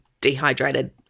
dehydrated